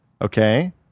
okay